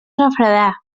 refredar